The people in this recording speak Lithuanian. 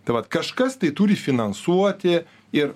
tai vat kažkas tai turi finansuoti ir